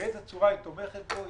ובאיזו צורה היא תומכת בו.